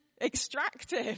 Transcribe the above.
extractive